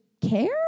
care